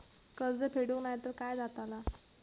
कर्ज फेडूक नाय तर काय जाताला?